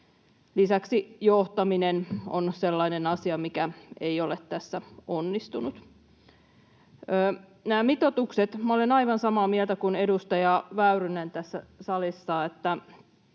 Lisäksi johtaminen on sellainen asia, mikä ei ole tässä onnistunut. Nämä mitoitukset: Minä olen aivan samaa mieltä kuin edustaja Väyrynen tässä salissa,